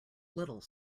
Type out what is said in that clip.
little